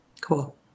cool